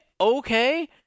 okay